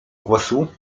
głosu